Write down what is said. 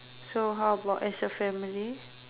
so how about as a family